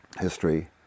history